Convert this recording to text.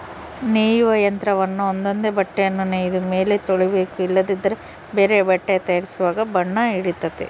ನೇಯುವ ಯಂತ್ರವನ್ನ ಒಂದೊಂದೇ ಬಟ್ಟೆಯನ್ನು ನೇಯ್ದ ಮೇಲೆ ತೊಳಿಬೇಕು ಇಲ್ಲದಿದ್ದರೆ ಬೇರೆ ಬಟ್ಟೆ ತಯಾರಿಸುವಾಗ ಬಣ್ಣ ಹಿಡಿತತೆ